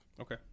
Okay